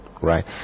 right